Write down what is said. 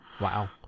Wow